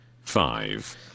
Five